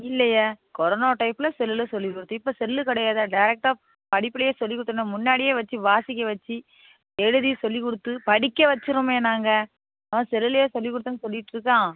இல்லையே கொரோனா டைப்பில் செல்லில் சொல்லிக் குடுத்து இப்போ செல்லு கிடையாதே டேரக்டாக படிப்பிலே சொல்லிக் கொடுத்தேன முன்னாடியே வச்சு வாசிக்க வச்சு எழுதி சொல்லிக் கொடுத்து படிக்க வச்சுர்றோமே நாங்கள் அவன் செல்லில் சொல்லிக் கொடுத்தோனு சொல்லிகிட்டுருக்கான்